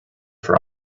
for